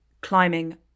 climbing